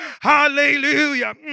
hallelujah